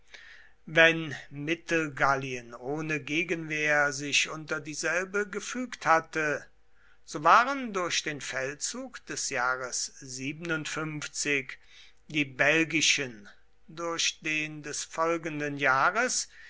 wenn mittelgallien ohne gegenwehr sich unter dieselbe gefügt hatte so waren durch den feldzug des jahres die belgischen durch den des folgenden jahres